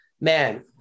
Man